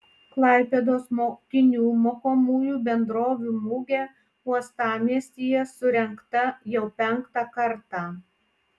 klaipėdos mokinių mokomųjų bendrovių mugė uostamiestyje surengta jau penktą kartą